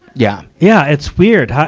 yeah. yeah, it's weird.